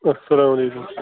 اَسلامُ علیکُم